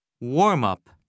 Warm-up